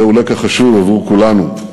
זהו לקח חשוב עבור כולנו,